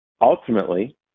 Ultimately